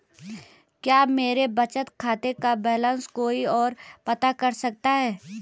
क्या मेरे बचत खाते का बैलेंस कोई ओर पता कर सकता है?